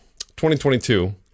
2022